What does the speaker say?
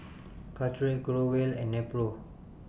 Caltrate Growell and Nepro